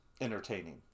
entertaining